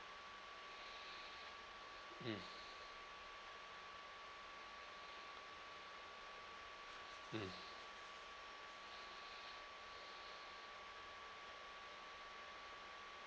mm mm